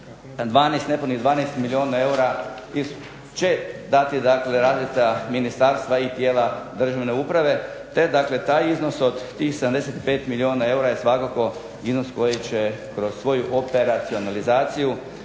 12 milijuna eura će dati dakle …/Ne razumije se./… ministarstva i tijela državne uprave, te dakle taj iznos od tih 75 milijuna eura je svakako iznos koji će kroz svoju operacionalizaciju